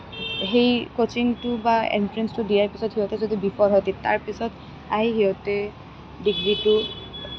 সেই ক'চিংটো বা এনট্ৰেঞ্চটো দিয়াৰ পিছত যদি সিহঁতে যদি বিফল হয় তে তাৰপিছত আহি সিহঁতে ডিগ্ৰীটো